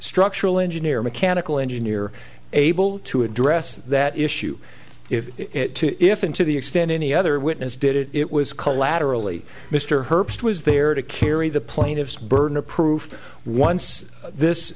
structural engineer mechanical engineer able to address that issue if it to if and to the extent any other witness did it it was collaterally mr herbst was there to carry the plaintiff's burden of proof once this